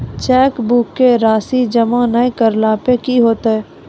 चेकबुको के राशि जमा नै करला पे कि होतै?